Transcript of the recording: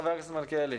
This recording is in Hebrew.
חבר הכנסת מלכיאלי,